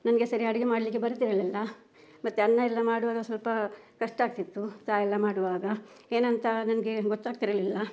ನನಗೆ ಸರಿ ಅಡುಗೆ ಮಾಡಲಿಕ್ಕೆ ಬರುತ್ತಿರಲಿಲ್ಲ ಮತ್ತೆ ಅನ್ನ ಎಲ್ಲ ಮಾಡುವಾಗ ಸ್ವಲ್ಪ ಕಷ್ಟ ಆಗ್ತಿತ್ತು ಚಹಾ ಎಲ್ಲ ಮಾಡುವಾಗ ಏನಂತ ನನಗೆ ಗೊತ್ತಾಗ್ತಿರಲಿಲ್ಲ